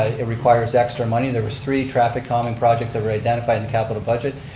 ah it requires extra money, there was three traffic calming projects there were identified in capital budget,